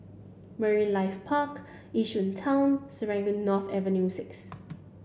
Marine Life Park Yishun Town Serangoon North Avenue six